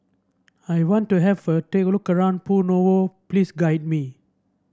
I want to have a take look around Novo please guide me